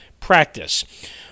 practice